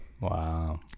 Wow